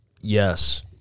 Yes